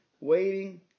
waiting